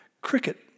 cricket